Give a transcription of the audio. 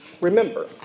remember